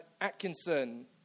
Atkinson